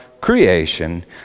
creation